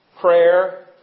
prayer